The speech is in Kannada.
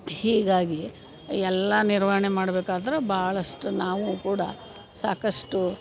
ಹೀಗಾಗಿ ಎಲ್ಲ ನಿರ್ವಹಣೆ ಮಾಡ್ಬೇಕಾದ್ರೆ ಭಾಳಷ್ಟು ನಾವು ಕೂಡ ಸಾಕಷ್ಟು